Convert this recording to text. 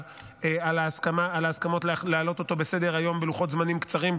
על ההסכמות להעלות אותו בסדר-היום בלוחות זמנים קצרים,